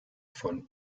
von